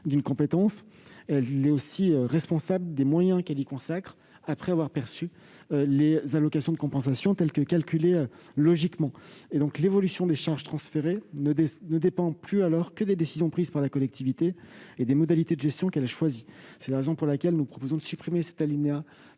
d'une compétence, elle est aussi responsable des moyens qu'elle y consacre, après avoir perçu les allocations de compensation telles que calculées logiquement. L'évolution des charges transférées ne dépend plus que des décisions prises par la collectivité et des modalités de gestion qu'elle a choisies. C'est la raison pour laquelle nous proposons de supprimer l'alinéa